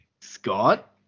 Scott